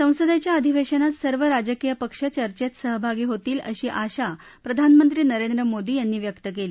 संसदेच्या अधिवेशनात सर्व राजकीय पक्ष चर्चेत सहभागी होतील अशी अशा प्रधानमंत्री नरेंद्र मोदी यांनी व्यक्त केली